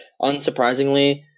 unsurprisingly